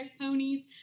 ponies